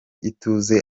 ituze